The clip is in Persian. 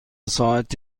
ساعت